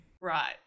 Right